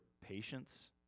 patience